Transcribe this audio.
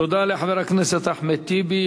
תודה לחבר הכנסת אחמד טיבי.